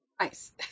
Nice